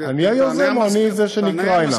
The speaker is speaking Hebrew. אני היוזם או אני זה שנקרא הנה?